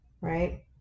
right